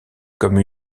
comme